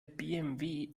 bmw